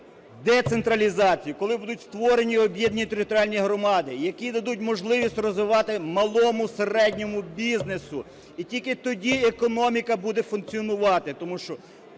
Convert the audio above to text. децентралізацію, коли будуть створені об’єднані територіальні громади, які дадуть можливість розвиватись малому, середньому бізнесу. І тільки тоді економіка буде функціонувати.